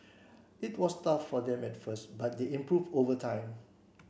it was tough for them at first but they improved over time